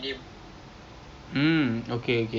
tapi I takut lah I don't think I I can lah